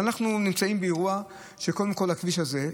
אנחנו נמצאים באירוע שקודם כול הכביש הזה,